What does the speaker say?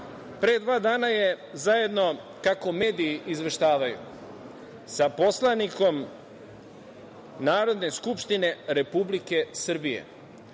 Pre dva dana je zajedno, kako mediji izveštavaju, sa poslanikom Narodne skupštine Republike Srbije